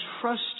trust